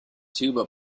tuba